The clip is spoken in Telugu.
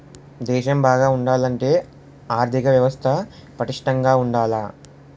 దేశం బాగా ఉండాలంటే ఆర్దిక వ్యవస్థ పటిష్టంగా ఉండాల